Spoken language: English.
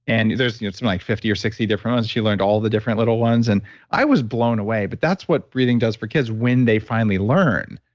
and there's some like fifty or sixty different ones, she learned all the different little ones and i was blown away. but that's what breathing does for kids when they finally learn.